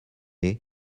est